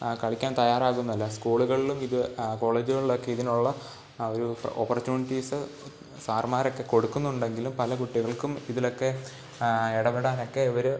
കളിക്കാൻ തയ്യാറാകുന്നില്ല സ്കൂളുകൾളും ഇത് കോളേജുകളൊക്കെ ഇതിനുള്ള ആ ഒരു ഓപ്പർച്യൂണിറ്റീസ് സാർമാരൊക്കെ കൊടുക്കുന്നുണ്ടെങ്കിലും പല കുട്ടികൾക്കും ഇതിലൊക്കെ ഇടപെടാനൊക്കെ ഒരു